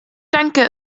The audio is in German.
denke